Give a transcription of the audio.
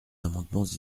amendements